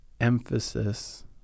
emphasis